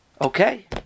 Okay